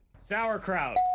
Sauerkraut